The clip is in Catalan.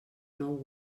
nou